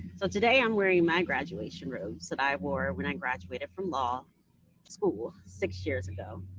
so today i'm wearing my graduation robes that i wore when i graduated from law school six years ago.